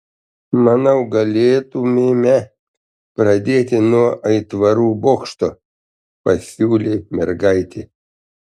manau galėtumėme pradėti nuo aitvarų bokšto pasiūlė mergaitė